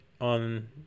on